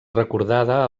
recordada